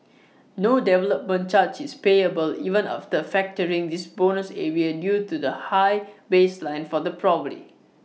no development charge is payable even after factoring this bonus area due to the high baseline for the property